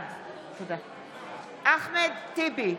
בעד אחמד טיבי,